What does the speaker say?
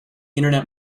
internet